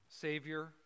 Savior